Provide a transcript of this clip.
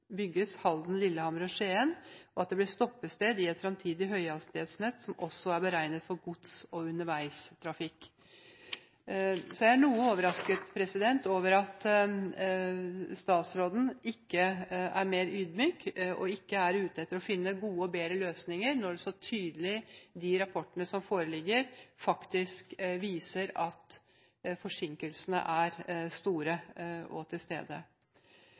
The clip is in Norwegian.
Halden, Lillehammer og Skien, og at det blir stoppested i et fremtidig høyhastighetsnett som også er beregnet for gods- og underveistrafikk. Jeg er noe overrasket over at statsråden ikke er mer ydmyk, og ikke er ute etter å finne gode og bedre løsninger, når de rapportene som foreligger, så tydelig faktisk viser at forsinkelsene er til stede og